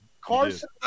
Carson